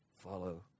follow